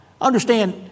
understand